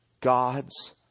God's